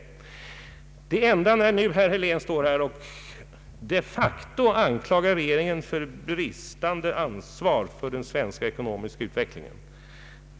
Herr Helén anklagar här regeringen för bristande ansvar för den ekonomiska utvecklingen.